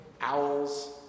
owls